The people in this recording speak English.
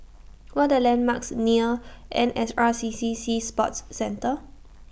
What Are The landmarks near N S R C C Sea Sports Centre